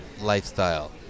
lifestyle